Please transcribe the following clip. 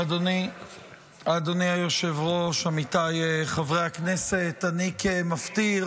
אדוני היושב-ראש, עמיתיי חברי הכנסת, אני כמפטיר